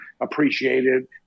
appreciated